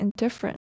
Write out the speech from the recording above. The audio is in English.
indifferent